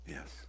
Yes